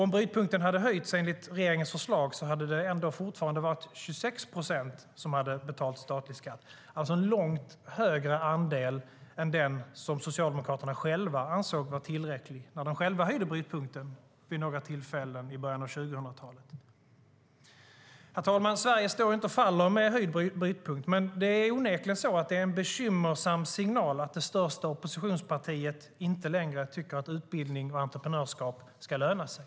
Om brytpunkten hade höjts enligt regeringens förslag hade ändå fortfarande 26 procent betalat statlig skatt, alltså en långt högre andel än den som Socialdemokraterna själva ansåg var tillräcklig när de höjde brytpunkten vid några tillfällen i början av 2000-talet. Herr talman! Sverige står inte och faller med höjd brytpunkt, men det är onekligen en bekymmersam signal att det största oppositionspartiet inte längre tycker att utbildning och entreprenörskap ska löna sig.